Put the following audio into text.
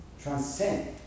transcend